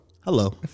Hello